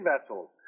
vessels